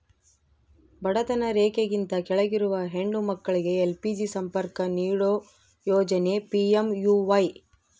ಬಡತನ ರೇಖೆಗಿಂತ ಕೆಳಗಿರುವ ಹೆಣ್ಣು ಮಕ್ಳಿಗೆ ಎಲ್.ಪಿ.ಜಿ ಸಂಪರ್ಕ ನೀಡೋ ಯೋಜನೆ ಪಿ.ಎಂ.ಯು.ವೈ